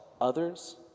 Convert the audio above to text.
others